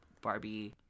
Barbie